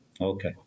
Okay